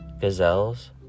gazelles